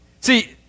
See